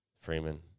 Freeman